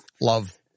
love